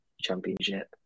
Championship